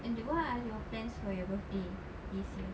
and the what are your plans for your birthday this year